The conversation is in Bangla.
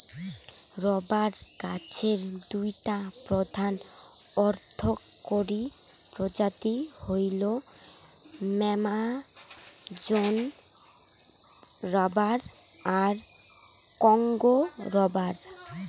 রবার গছের দুইটা প্রধান অর্থকরী প্রজাতি হইল অ্যামাজোন রবার আর কংগো রবার